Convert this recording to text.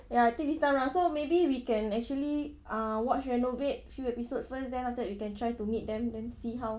ya I think this time round so maybe we can actually uh watch renovaid few episodes first then after that we can try to meet them then see how